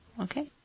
Okay